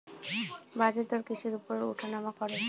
বাজারদর কিসের উপর উঠানামা করে?